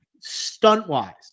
stunt-wise